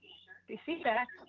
the feedback.